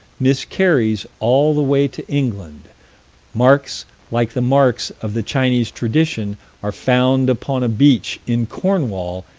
miscarries all the way to england marks like the marks of the chinese tradition are found upon a beach, in cornwall,